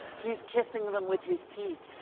he's kissing them with his teeth.